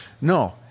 no